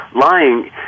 lying